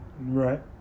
Right